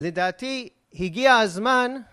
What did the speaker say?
לדעתי הגיע הזמן